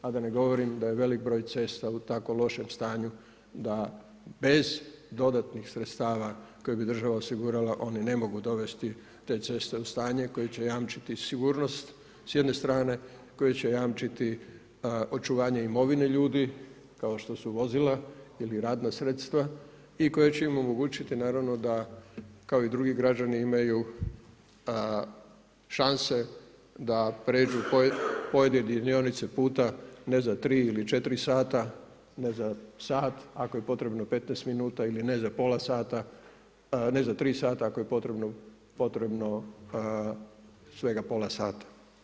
A da ne govorim da je velik broj cesta u tako lošem stanju da bez dodatnih sredstava koje bi država osigurala oni ne mogu dovesti te ceste u stanje koje će jamčiti sigurnost s jedne strane, koje će jamčiti očuvanje imovine ljudi, kao što su vozila ili radna sredstva i koje će im omogućiti naravno da kao i drugi građani imaju šanse da prijeđu pojedine dionice puta ne za 3 ili 4 sata, ne za sat ako je potrebno 15 minuta ili ne za pola sata, ne za 3 sata, ako je potrebno svega pola sata.